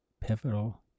pivotal